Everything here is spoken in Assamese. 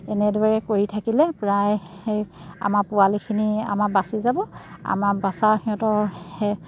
এনেদৰে কৰি থাকিলে প্ৰায় সেই আমাৰ পোৱালিখিনি আমাৰ বাছি যাব আমাৰ বছাৰ সিহঁতৰ সেই